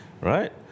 right